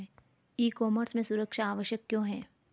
ई commerce में सुरक्षा आवश्यक क्यों है?